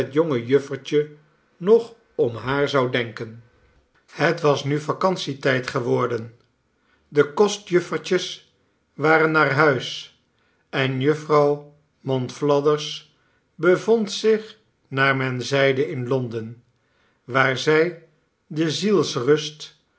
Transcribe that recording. jonge juffertje nog om haar zou denken het was nu vacantietijd ge worden de kostjuffertjes waren naar huis enjufvrouw monflathers bevond zich naar men zeide in londen waar zij de zielsrust